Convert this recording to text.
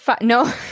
no